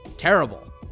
Terrible